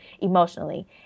emotionally